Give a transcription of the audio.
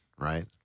right